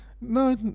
No